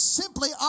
simply